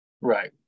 Right